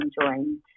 enjoying